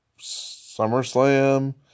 SummerSlam